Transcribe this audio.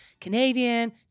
Canadian